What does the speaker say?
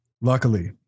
Luckily